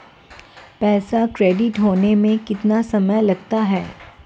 पैसा क्रेडिट होने में कितना समय लगता है?